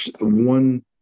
one